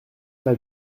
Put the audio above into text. pas